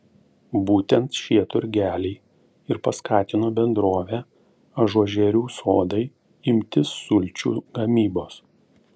būtent šie turgeliai ir paskatino bendrovę ažuožerių sodai imtis sulčių gamybos